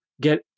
get